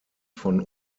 von